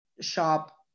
shop